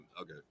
Okay